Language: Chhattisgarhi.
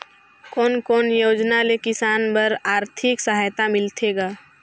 कोन कोन योजना ले किसान बर आरथिक सहायता मिलथे ग?